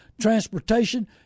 transportation